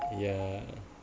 yeah